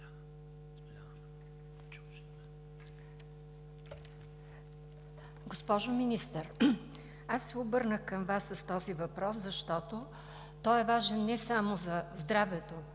Госпожо Министър, обърнах се към Вас с този въпрос, защото той е важен не само за здравето